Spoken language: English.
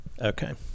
Okay